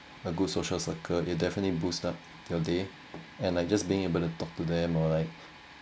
a good social circle is definitely boost up your day and like just being able to talk to them or like